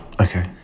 Okay